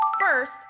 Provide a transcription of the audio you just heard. first